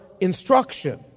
instruction